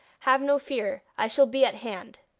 have no fear i shall be at hand